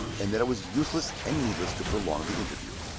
and that it was useless and needless to prolong the interview.